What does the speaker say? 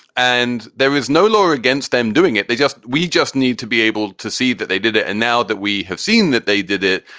and there is no law against them doing it. they just we just need to be able to see that they did it. and now that we have seen that they did it.